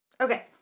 Okay